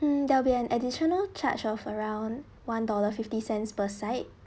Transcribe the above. mm there will be an additional charge of around one dollar fifty cents per side